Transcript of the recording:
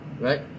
right